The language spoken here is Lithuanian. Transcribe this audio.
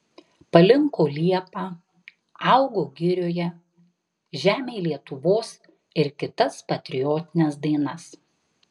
palinko liepa augo girioje žemėj lietuvos ir kitas patriotines dainas